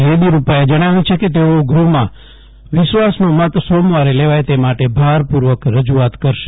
થેદી યુરપ્પાએ જણા વ્યુ છે કે તેઓ ગૃફમાં વિશ્વાસનો મત સોમવારે લેવાય તે માટે ભારપુર્વક રજુઆત કરશે